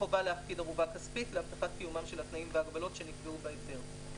חובה להפקיד ערובה כספית להבטחת קיומם של התנאים וההגבלות שנקבעו בהסדר.